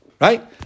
Right